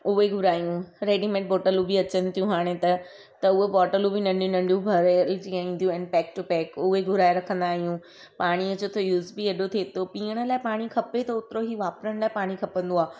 उहे घुरायूं रेडीमेड बोटलूं बि अचनि तियूं हाणे त त उअ बोटलूं बि नंढियूं नंढियूं भरे जीअं ईंदियूं आहिनि पैक टू पैक उहे घुराए रखंदा आहियूं पाणीअ जो त यूज़ बि एॾो थिए थो पीअणु लाइ पाणी खपे थो ओतिरो ई वापरण लाइ पाणी खपंदो आहे